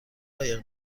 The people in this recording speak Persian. قایق